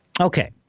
Okay